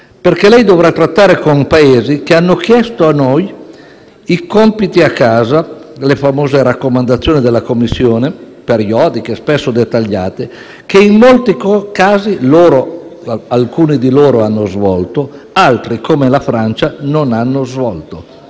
ora. Lei dovrà trattare con Paesi che hanno chiesto a noi i compiti a casa (le famose raccomandazioni della Commissione, periodiche e spesso dettagliate), che in molti casi alcuni di loro hanno svolto, altri, come la Francia, non hanno svolto